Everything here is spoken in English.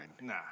Nah